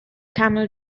camel